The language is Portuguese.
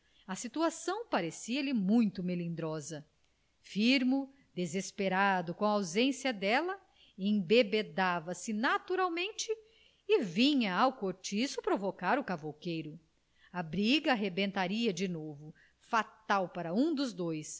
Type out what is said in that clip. a situação parecia-lhe muito melindrosa firmo desesperado com a ausência dela embebedava se naturalmente e vinha ao cortiço provocar o cavouqueiro a briga rebentaria de novo fatal para um dos dois